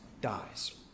dies